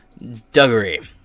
Duggery